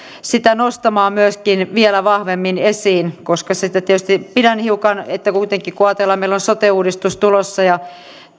sitä nostamaan vielä vahvemmin esiin koska sitä tietysti pidän hiukan sellaisena että kuitenkin kun ajatellaan että meillä on sote uudistus tulossa